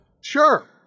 Sure